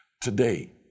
Today